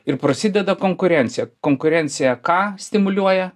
ir prasideda konkurencija konkurencija ką stimuliuoja